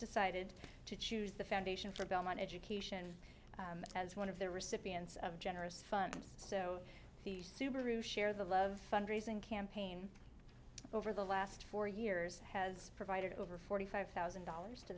decided to choose the foundation for belmont education as one of the recipients of generous funds so the subaru share the love fund raising campaign over the last four years has provided over forty five thousand dollars to